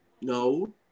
No